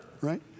right